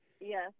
Yes